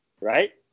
right